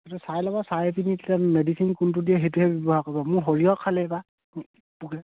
চাই ল'ব চাই পিনি তেতিয়া মেডিচিন কোনটো দিয়ে সেইটোহে ব্যৱহাৰ কৰিবা মোৰ সৰিয়হ খালে এইবাৰ পোকে